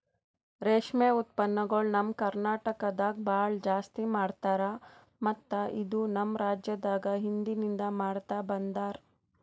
ರೇಷ್ಮೆ ಉತ್ಪನ್ನಗೊಳ್ ನಮ್ ಕರ್ನಟಕದಾಗ್ ಭಾಳ ಜಾಸ್ತಿ ಮಾಡ್ತಾರ ಮತ್ತ ಇದು ನಮ್ ರಾಜ್ಯದಾಗ್ ಹಿಂದಿನಿಂದ ಮಾಡ್ತಾ ಬಂದಾರ್